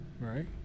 right